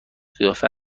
قیافه